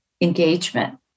engagement